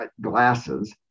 glasses